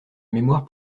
mémoire